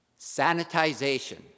sanitization